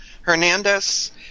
Hernandez